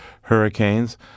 hurricanes